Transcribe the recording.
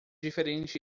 diferentes